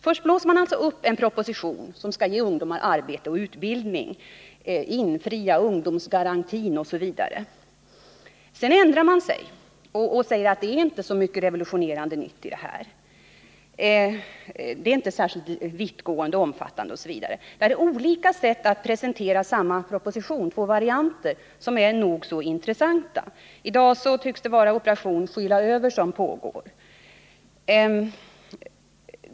Först blåser man upp en proposition, som skall ge ungdomar arbete och utbildning, infria ungdomsgarantin osv. Sedan ändrar man sig och säger att det inte är så mycket revolutionerande nytt i det här förslaget, det är inte särskilt vittgående och omfattande osv. Det är olika sätt att presentera samma proposition, två varianter — ett nog så intressant spel. I dag tycks det vara ”operation skyla över” som pågår.